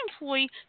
employee